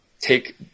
take